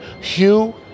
Hugh